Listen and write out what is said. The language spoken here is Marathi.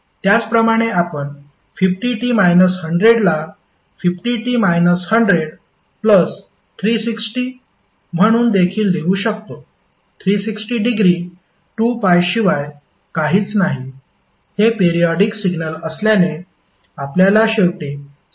त्याचप्रमाणे आपण 50t 100 ला 50t 100 360 म्हणून देखील लिहू शकतो 360 डिग्री 2π शिवाय काहीच नाही हे पेरियॉडिक सिग्नल असल्याने आपल्याला शेवटी समान सिग्नल मिळेल